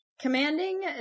commanding